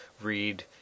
read